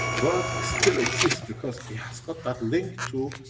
but still exists because it has got that link to,